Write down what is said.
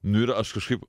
nu ir aš kažkaip